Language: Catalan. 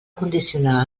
condicionar